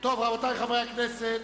רבותי חברי הכנסת,